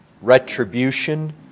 retribution